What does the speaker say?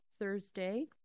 Thursday